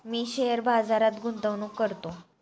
मी share बाजारात गुंतवणूक करतो